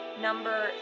number